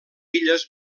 illes